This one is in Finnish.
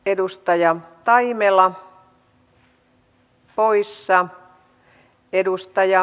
arvoisa rouva puhemies